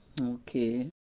Okay